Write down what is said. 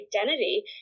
identity